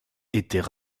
étaient